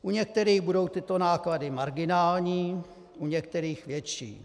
U některých budou tyto náklady marginální, u některých větší.